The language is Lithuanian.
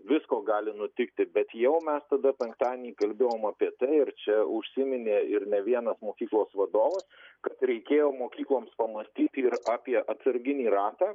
visko gali nutikti bet jau mes tada penktadienį kalbėjom apie tai ir čia užsiminė ir ne vienas mokyklos vadovas kad reikėjo mokykloms pamąstyti ir apie atsarginį ratą